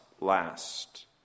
last